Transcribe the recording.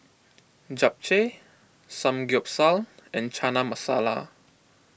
Japchae Samgyeopsal and Chana Masala